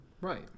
Right